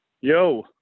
Yo